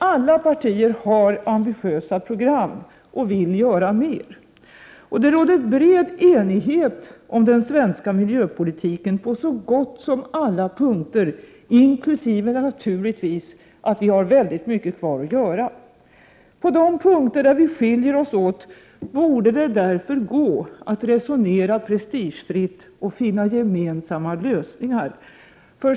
Alla partier har ambitiösa program och vill göra mer. 2. Det råder bred enighet om den svenska miljöpolitiken på så gott som alla punkter inkl. att vi naturligtvis har mycket kvar att göra. 3. På de punkter där vi skiljer oss borde det därför gå att resonera prestigefritt och finna gemensamma lösningar.